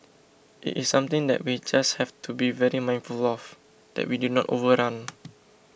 it is something that we just have to be very mindful of that we do not overrun